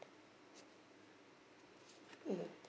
mm